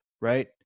right